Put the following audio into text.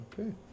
Okay